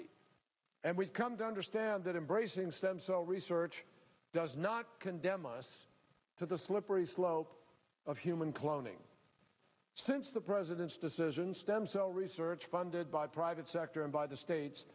ip and we've come to understand that embracing stem cell research does not condemn us to the slippery slope of human cloning since the president's decision stem cell research funded by private sector and by the states